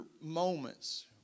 moments